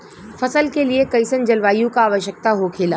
फसल के लिए कईसन जलवायु का आवश्यकता हो खेला?